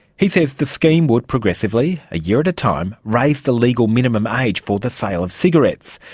he says the scheme would progressively, a year at a time, raise the legal minimum age for the sale of cigarettes.